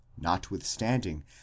notwithstanding